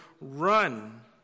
run